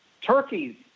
turkeys